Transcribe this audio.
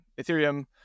Ethereum